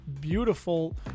beautiful